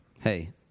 Hey